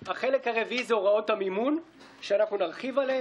אדוני היושב-ראש, אנחנו נתמוך בהצעה או נימנע.